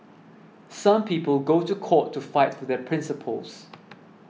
some people go to court to fight for their principles